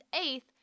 eighth